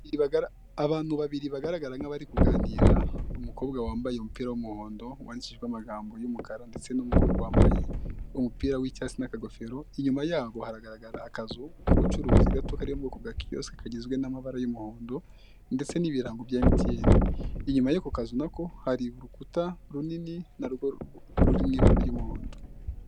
Abantu babiri bagaragara nk'abari kuganira, umukobwa wambaye umupira w'umuhondo wandikishijweho amagambo yumukara ndetse n' umuhungu wambaye umupira w'icyatsi n'akagofero, inyuma yabo haragaragara akazu k'ubucuruzi gato kari mu bwoko bwa kiyosike, kagizwe n'mabara y'muhondo ndetse n'ibirango bya emutiyene, inyuma yo ku kazu nako hari urukuta runini na rwo ruri mu ibara ry'umuhondo.